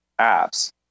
apps